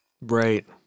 Right